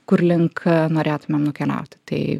kur link norėtumėm nukeliauti tai